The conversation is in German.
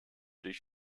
durch